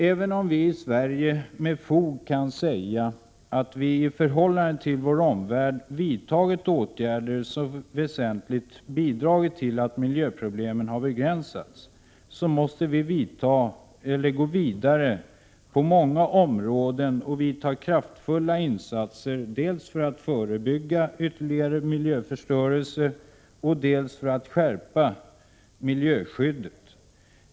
Även om vi i Sverige med fog kan säga att vi i förhållande till vår omvärld vidtagit åtgärder som väsentligt bidragit till att miljöproblemen har begränsats, så måste vi gå vidare på många områden och göra kraftfulla insatser, dels för att förebygga ytterligare miljöförstörelse, dels för att skärpa miljöskyddet.